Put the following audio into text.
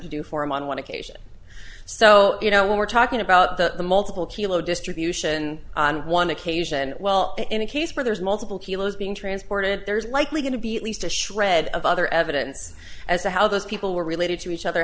to do for him on one occasion so you know when we're talking about the multiple kilo distribution on one occasion well in a case where there's multiple kilos being transported there's likely going to be at least a shred of other evidence as to how those people were related to each other